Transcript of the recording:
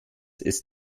ist